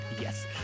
yes